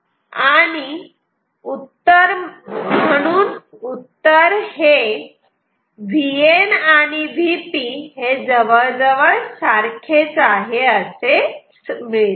हे आणि म्हणून उत्तर Vn आणि Vp जवळ जवळ सारखेच आहे असेच मिळते